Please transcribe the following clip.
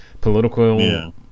political